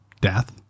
death